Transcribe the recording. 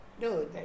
No